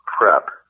prep